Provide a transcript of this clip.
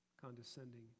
condescending